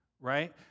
right